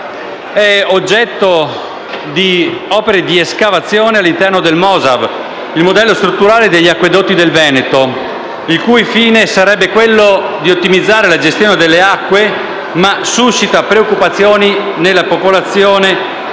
è oggetto di opere di escavazione all'interno del Modello strutturale degli acquedotti del Veneto (MOSAV), il cui fine sarebbe ottimizzare la gestione delle acque, ma suscita preoccupazioni nella popolazione per